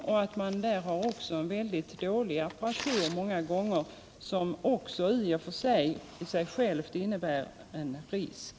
Det sägs också att man där ofta har en dålig apparatur som i sig själv innebär en risk.